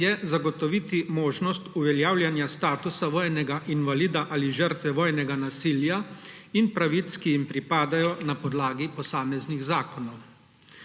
je zagotoviti možnost uveljavljanja statusa vojnega invalida ali žrtve vojnega nasilja in pravic, ki jim predlagajo na podlagi posameznih zakonov.